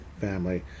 family